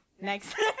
Next